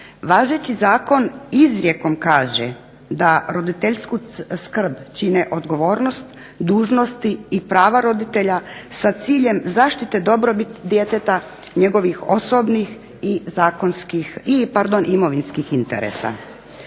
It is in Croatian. Važeći zakon izrijekom kaže da roditeljsku skrb čine odgovornost, dužnosti i prava roditelja sa ciljem zaštite dobrobiti djeteta njegovih osobnih, zakonskih i imovinskih interesa.